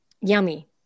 yummy